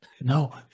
no